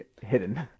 hidden